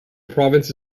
province